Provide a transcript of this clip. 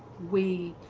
we